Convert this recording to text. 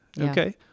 Okay